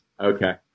Okay